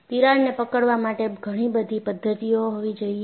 તિરાડને પકડવા માટે ઘણીબધી પદ્ધતિઓ હોવી જોઈએ